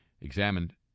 examined